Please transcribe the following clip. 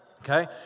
Okay